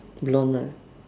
blonde one